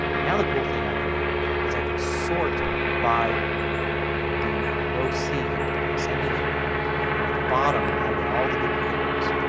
now the cool thing i can do is i can sort by the row c here in ascending order and at the bottom i'll get all the duplicate rows.